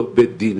אותו בית דין,